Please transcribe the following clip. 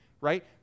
Right